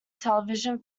television